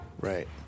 Right